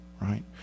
Right